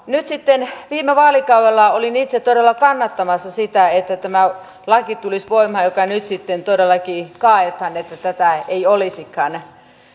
nyt sitten viime vaalikaudella olin itse todella kannattamassa sitä että tulisi voimaan tämä laki joka nyt sitten todellakin kaadetaan että tätä ei olisikaan